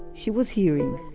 she was hearing.